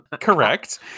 correct